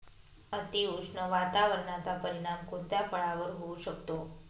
अतिउष्ण वातावरणाचा परिणाम कोणत्या फळावर होऊ शकतो?